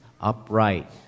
upright